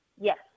Yes